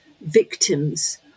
victims